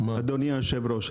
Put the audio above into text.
אדוני היושב-ראש,